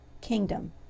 kingdom